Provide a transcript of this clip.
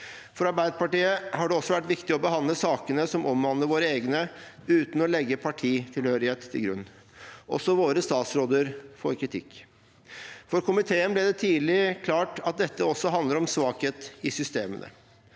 For Arbeiderpartiet har det vært viktig å behandle sakene som omhandler våre egne uten å legge partitilhørighet til grunn. Også våre statsråder får kritikk. For komiteen ble det tidlig klart at dette også handler om svakhet i systemene.